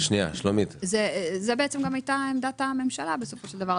זאת הייתה עמדת הממשלה בסופו של דבר,